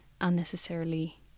unnecessarily